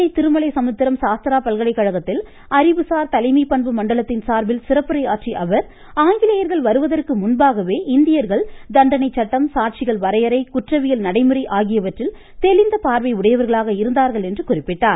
தஞ்சை திருமலைசமுத்திரம் சாஸ்த்ரா பல்கலைகழகத்தில் அறிவுசார் தலைமை பண்பு மண்டலத்தின் சார்பில் சிறப்புரையாற்றிய அவர் ஆங்கிலேயர்கள் வருவதற்கு முன்பாகவே இந்தியர்கள் தண்டனைச் சட்டம் சாட்சிகள் வரையறை குற்றவியல் நடைமுறை ஆகியவற்றில் தெளிந்த பார்வை உடையவர்களாக இருந்தார்கள் என்று கூறினார்